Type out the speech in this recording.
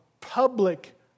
public